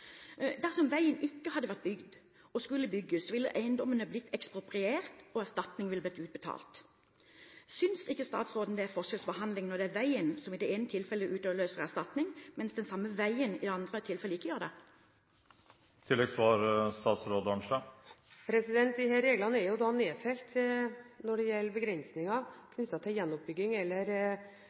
dersom ulykken er ute. Dersom veien ikke hadde vært bygd, men skulle bygges, ville eiendommene blitt ekspropriert, og erstatning ville blitt utbetalt. Synes ikke statsråden det er forskjellsbehandling når det er veien som i det ene tilfellet utløser erstatning, mens den samme veien i det andre tilfellet ikke gjør det? Disse reglene er når det gjelder begrensninger, knyttet til gjenoppbygging eller